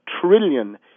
trillion